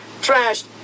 trashed